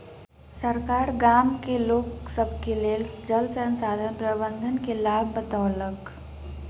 सरकार गाम के लोक सभ के जल संसाधन प्रबंधन के लाभ बतौलक